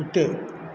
விட்டு